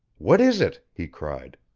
what is it? he cried.